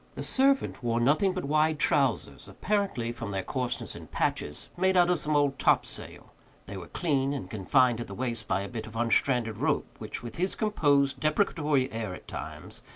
the servant wore nothing but wide trowsers, apparently, from their coarseness and patches, made out of some old topsail they were clean, and confined at the waist by a bit of unstranded rope, which, with his composed, deprecatory air at times,